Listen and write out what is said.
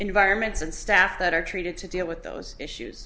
environments and staff that are treated to deal with those issues